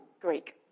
Greek